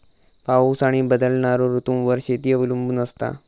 पाऊस आणि बदलणारो ऋतूंवर शेती अवलंबून असता